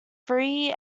three